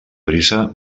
brisa